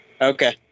Okay